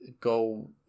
go